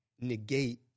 negate